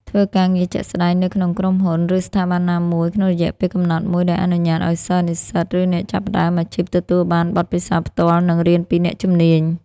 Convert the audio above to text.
ធ្វើការងារជាក់ស្តែងនៅក្នុងក្រុមហ៊ុន ឬស្ថាប័នណាមួយក្នុងរយៈពេលកំណត់មួយដែលអនុញ្ញាតឲ្យសិស្ស និស្សិត ឬអ្នកចាប់ផ្តើមអាជីពទទួលបានបទពិសោធន៍ផ្ទាល់ និងរៀនពីអ្នកជំនាញ។